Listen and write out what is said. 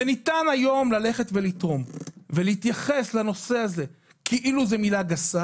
וניתן היום ללכת לתרום ולהתייחס לנושא הזה כאילו זאת מילה גסה